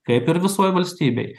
kaip ir visoj valstybėj